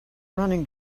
running